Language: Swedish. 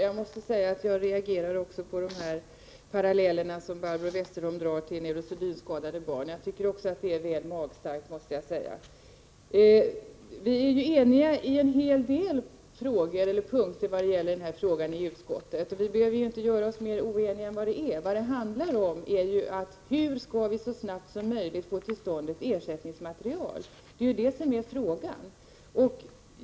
Herr talman! Jag reagerade också mot de paralleller som Barbro Westerholm gjorde med neurosedynskadade barn. Jag tycker också att det är väl magstarkt. Vi är ju i utskottet eniga på en hel del punkter när det gäller den här frågan. Vi behöver ju inte göra oss mer oeniga än vi är! Vad det handlar om är hur vi så snart som möjligt skall få till stånd ett ersättningsmaterial.